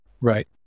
Right